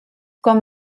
com